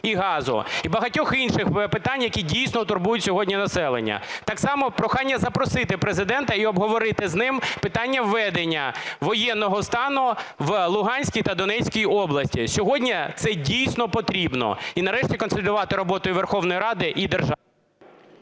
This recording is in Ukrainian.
і багатьох інших питань, які, дійсно, турбують сьогодні населення. Так само прохання запросити Президента і обговорити з ним питання введення воєнного стану в Луганській та Донецькій областях, сьогодні це дійсно потрібно, і нарешті консолідувати роботу і Верховної Ради, і…